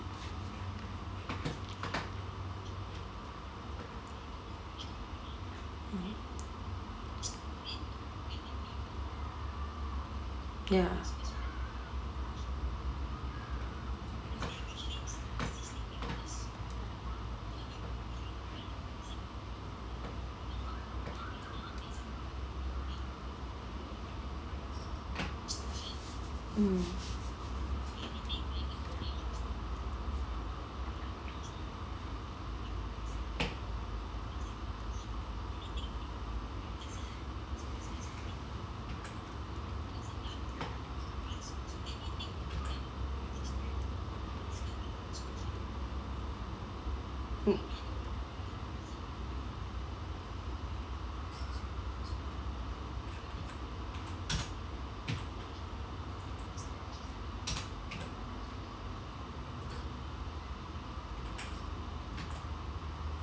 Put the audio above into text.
ya mm